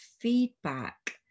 feedback